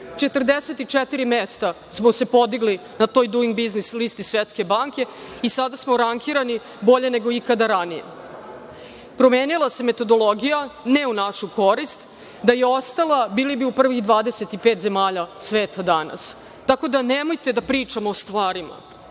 44 mesta smo se podigli na toj „Duing biznis listi“ Svetske banke i sada samo rangirani bolje nego ikada ranije. Promenila se metodologija, ne u našu korist, da je ostala bili bi u prvih 25 zemalja sveta danas. Tako da nemojte da pričamo o stvarima.